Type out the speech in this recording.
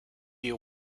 you